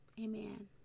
Amen